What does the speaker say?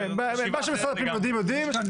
מה שמשרד הפנים יודעים, יודעים.